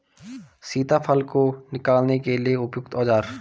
सीताफल को निकालने के लिए उपयुक्त औज़ार?